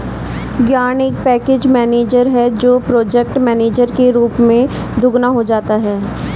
yarn एक package manager है जो प्रोजेक्ट मैनेजर के रूप में दोगुना हो जाता है